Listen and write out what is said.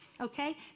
Okay